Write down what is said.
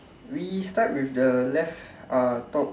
we start we the left uh top